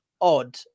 odd